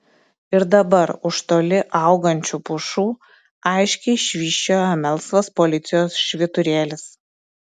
ir dabar už toli augančių pušų aiškiai švysčiojo melsvas policijos švyturėlis